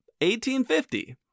1850